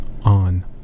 on